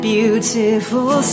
Beautiful